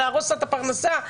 נהרוס לה את הפרנסה?